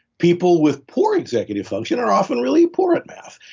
people with poor executive function are often really poor at math.